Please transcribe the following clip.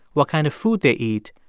what kind of food they eat,